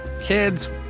Kids